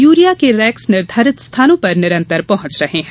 urea के rakes निर्घारित स्थानों पर निरंतर पहुँच रहे हैं